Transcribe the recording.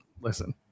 Listen